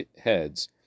heads